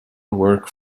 work